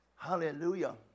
Hallelujah